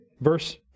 verse